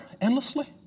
endlessly